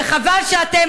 וחבל שאתם,